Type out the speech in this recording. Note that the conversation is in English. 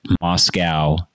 Moscow